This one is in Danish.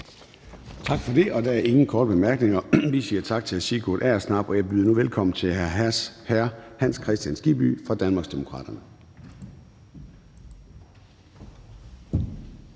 Tak for det. Der er ingen korte bemærkninger. Vi siger tak til hr. Sigurd Agersnap, og jeg byder nu velkommen til hr. Hans Kristian Skibby fra Danmarksdemokraterne.